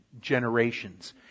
generations